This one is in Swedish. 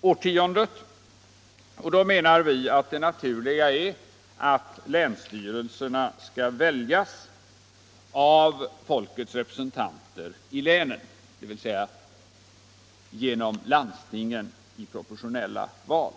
årtiondet, och då menar vi att det naturliga är att länsstyrelserna skall väljas av folkets representanter i länen, dvs. genom landstingen i proportionella val.